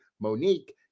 Monique